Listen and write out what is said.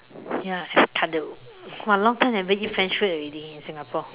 ya !wah! long time never eat French food already in Singapore